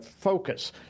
focus